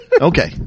Okay